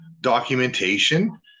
documentation